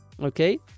Okay